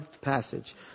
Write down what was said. passage